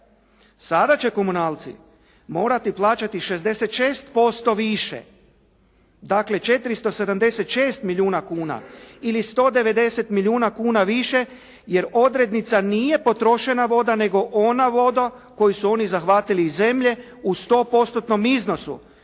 Sada će komunalci morati plaćati 66% više, dakle 476 milijuna kuna ili 190 milijuna kuna više jer odrednica nije potrošena voda nego ona voda koju su oni zahvatili iz zemlje u 100%-tnom